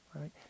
right